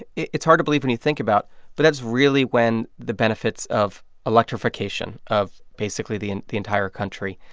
ah it's hard to believe when you think about but that's really when the benefits of electrification of basically the and the entire country,